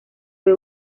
fue